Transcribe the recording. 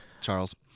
Charles